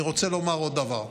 אני רוצה לומר עוד דבר: